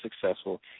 successful